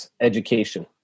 education